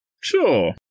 sure